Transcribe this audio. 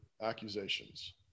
accusations